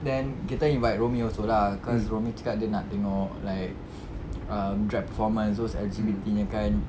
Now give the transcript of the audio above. then kita invite rumi also lah cause rumi cakap dia nak tengok like um drag performance those L_G_B_T nya kind